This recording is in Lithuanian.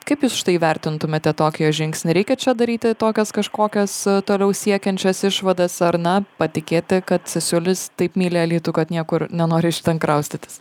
kaip jūs štai vertintumėte tokį jo žingsnį reikia čia daryti tokias kažkokias toliau siekiančias išvadas ar na patikėti kad cesiulis taip myli alytų kad niekur nenori iš ten kraustytis